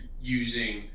using